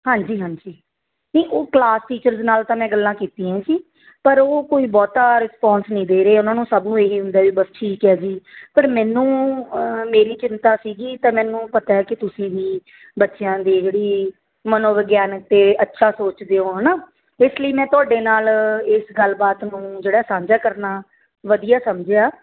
ਹਾਂਜੀ ਹਾਂਜੀ ਨਹੀਂ ਉਹ ਕਲਾਸ ਟੀਚਰਜ ਨਾਲ ਤਾਂ ਮੈਂ ਗੱਲਾਂ ਕੀਤੀਆਂ ਹੀ ਸੀ ਪਰ ਉਹ ਕੋਈ ਬਹੁਤਾ ਰਿਸਪੋਂਸ ਨਹੀਂ ਦੇ ਰਹੇ ਉਹਨਾਂ ਨੂੰ ਸਭ ਇਹ ਹੀ ਹੁੰਦਾ ਬਸ ਠੀਕ ਹੈ ਜੀ ਪਰ ਮੈਨੂੰ ਮੇਰੀ ਚਿੰਤਾ ਸੀਗੀ ਤਾਂ ਮੈਨੂੰ ਪਤਾ ਕਿ ਤੁਸੀਂ ਵੀ ਬੱਚਿਆਂ ਦੀ ਜਿਹੜੀ ਮਨੋਵਿਗਿਆਨਿਕ 'ਤੇ ਅੱਛਾ ਸੋਚਦੇ ਹੋ ਹੈ ਨਾ ਇਸ ਲਈ ਮੈਂ ਤੁਹਾਡੇ ਨਾਲ ਇਸ ਗੱਲਬਾਤ ਨੂੰ ਜਿਹੜਾ ਸਾਂਝਾ ਕਰਨਾ ਵਧੀਆ ਸਮਝਿਆ